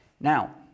Now